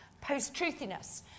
post-truthiness